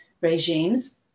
regimes